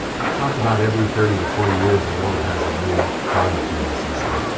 i've talked about every thirty to forty years the world has a new monetary system.